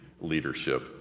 leadership